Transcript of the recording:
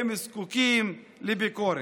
הם זקוקים לביקורת".